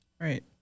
Right